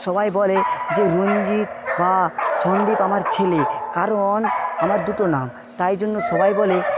সবাই বলে যে রঞ্জিত বা সন্দীপ আমার ছেলে কারণ আমার দুটো নাম তাই জন্য সবাই বলে